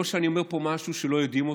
אני לא אומר פה משהו שלא יודעים,